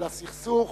ושל הסכסוך